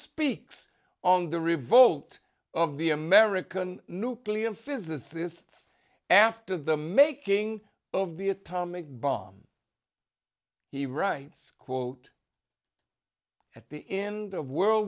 speaks on the revolt of the american nuclear physicists after the making of the atomic bomb he writes quote at the end of world